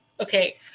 Okay